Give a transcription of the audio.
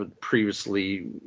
previously